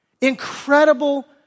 Incredible